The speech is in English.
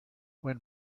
when